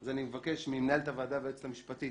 אז אני מבקש ממנהלת הוועדה ומהיועצת המשפטית